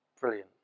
brilliant